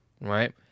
right